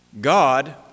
God